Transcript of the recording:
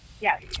Yes